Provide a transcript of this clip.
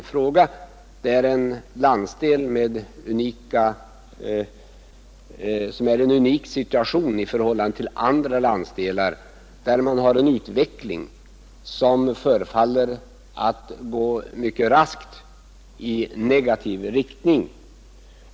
Det gäller en landsdel, som i förhållande till andra landsdelar befinner sig i en unik situation, där utvecklingen förefaller att gå mycket raskt i negativ riktning.